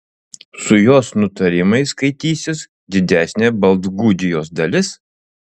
su jos nutarimais skaitysis didesnė baltgudijos dalis